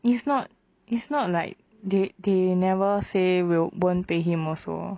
is not is not like they they never say will won't pay him also